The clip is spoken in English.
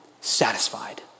Satisfied